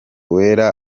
wera